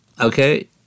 Okay